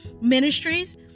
Ministries